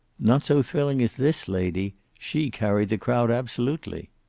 not so thrilling as this lady. she carried the crowd, absolutely.